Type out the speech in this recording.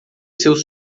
seus